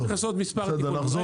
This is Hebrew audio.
צריך לעשות מספר תיקונים.